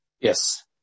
Yes